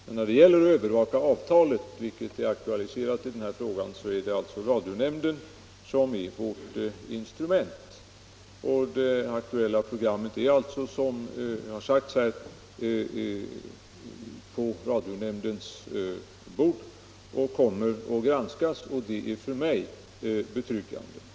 Men när det gäller att övervaka avtalet — vilket har aktualiserats i den här frågan — är radionämnden vårt instrument. Det aktuella programmet ligger alltså, såsom det har sagts här, på radionämndens bord, och det kommer att granskas. Detta är för mig betryggande.